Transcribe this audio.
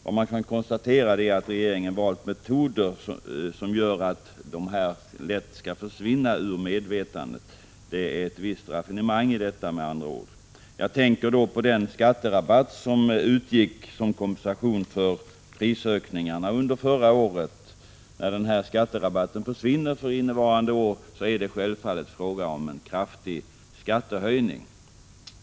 Vad man kan konstatera är att regeringen valt metoder som gör att dessa lätt skall försvinna ur medvetandet. Det är med andra ord ett visst raffinemang i det hela. Jag tänker då på den skatterabatt som utgick som kompensation för prisökningarna under förra året. När denna skatterabatt försvinner för innevarande år är det självfallet fråga om en kraftig skattehöjning.